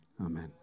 Amen